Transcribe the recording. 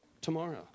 tomorrow